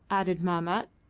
added mahmat,